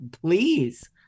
please